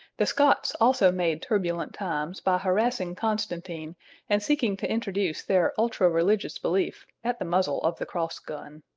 the scots also made turbulent times by harassing constantine and seeking to introduce their ultra-religious belief at the muzzle of the crossgun.